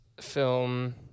film